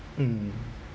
mm